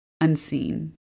unseen